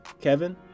Kevin